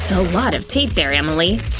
so lot of tape there, emily!